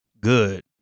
good